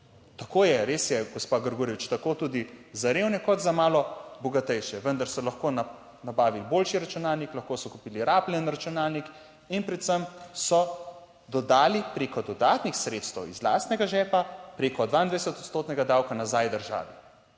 tako je, Res je, gospa Gregorič, tako tudi za revne kot za malo bogatejše, vendar so lahko nabavili boljši računalnik, lahko so kupili rabljen računalnik in predvsem so dodali preko dodatnih sredstev iz lastnega žepa preko 22 odstotnega davka nazaj državi